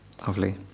lovely